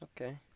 okay